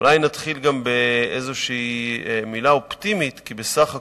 אולי נתחיל גם באיזו מלה אופטימית, כי בסך הכול,